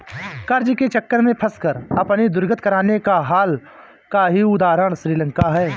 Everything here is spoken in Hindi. कर्ज के चक्र में फंसकर अपनी दुर्गति कराने का हाल का ही उदाहरण श्रीलंका है